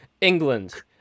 England